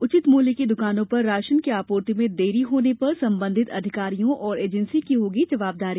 उचित मूल्य की दूकानों पर राशन की आपूर्ति में देरी होने पर संबंधित अधिकारियों और एजेंसी की होगी जवाबदारी